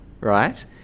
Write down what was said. right